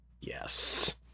Yes